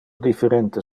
differente